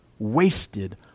wasted